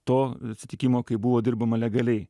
to atsitikimo kai buvo dirbama legaliai